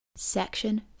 Section